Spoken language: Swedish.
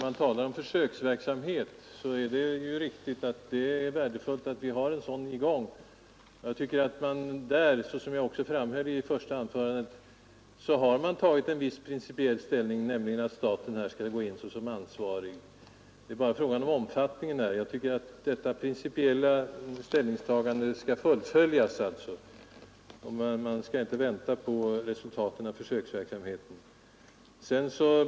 Man talar om försöksverksamhet med skadeersättningar i sådana fall, och naturligtvis är det värdefullt att vi har en sådan i gång. Jag tycker, såsom jag också framhöll i mitt första anförande, att man därmed också har tagit viss principiell ställning, nämligen att staten här skall gå in såsom ansvarig; det är bara fråga om hur långt. Enligt vår mening bör detta principiella ställningstagande nu fullföljas, och man behöver alltså inte vänta på resultaten av försöksverksamheten.